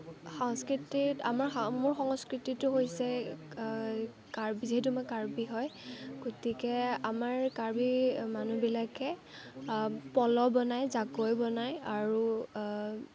সাংস্কৃতিত আমাৰ মোৰ সংস্কৃতিটো হৈছে কাৰ্বি যিহেতু মই কাৰ্বি হয় গতিকে আমাৰ কাৰ্বি মানুহবিলাকে পল বনায় জাকৈ বনায় আৰু